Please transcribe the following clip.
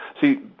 see